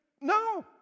No